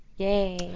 Yay